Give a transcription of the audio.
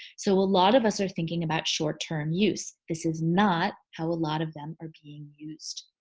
so a lot of us are thinking about short-term use. this is not how a lot of them are being used.